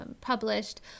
published